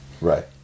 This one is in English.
Right